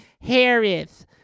Harris